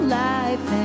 life